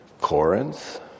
Corinth